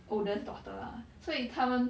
oldest daughter ah 所以他们